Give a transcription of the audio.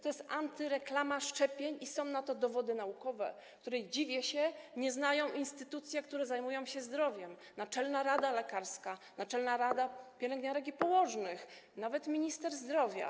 To jest antyreklama szczepień i są na to dowody naukowe, których - dziwię się - nie znają instytucje, które zajmują się zdrowiem: Naczelna Rada Lekarska, Naczelna Rada Pielęgniarek i Położnych, nawet minister zdrowia.